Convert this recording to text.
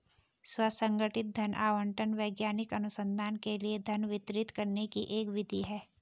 स्व संगठित धन आवंटन वैज्ञानिक अनुसंधान के लिए धन वितरित करने की एक विधि है